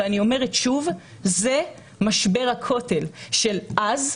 ואני אומרת שוב, זה משבר הכותל של אז היום.